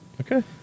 Okay